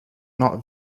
not